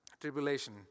Tribulation